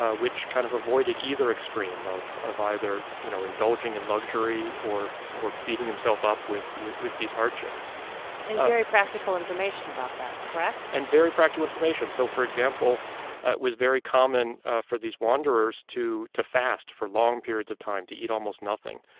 ah which kind of avoided either extreme of of you know indulging in luxury or or beating himself up with with these hardships and very practical information about that, correct? and very practical information. so for example, it was very common for these wanderers to to fast for long periods of time, to eat almost nothing.